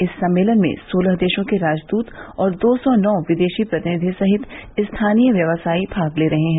इस सम्मेलन में सोलह देशों के राजदूत और दो सौ नौ विदेशी प्रतिनिधि सहित स्थानीय व्यवसायी भाग ले रहे हैं